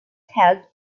helped